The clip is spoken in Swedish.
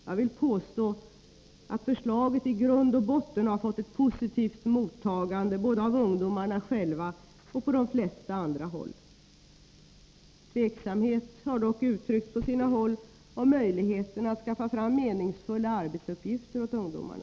Jag vill påstå att förslaget i grund och botten har fått ett positivt mottagande både av ungdomarna själva och på de flesta andra håll. Tveksamhet har dock uttryckts på sina håll om möjligheterna att skaffa fram meningsfulla arbetsuppgifter åt ungdomarna.